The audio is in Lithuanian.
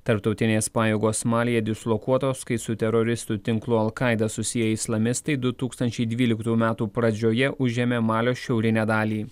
tarptautinės pajėgos malyje dislokuotos kai su teroristų tinklu al qaeda susiję islamistai du tūkstančiai dvyliktų metų pradžioje užėmė malio šiaurinę dalį